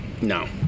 No